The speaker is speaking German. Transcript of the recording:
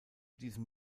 diesem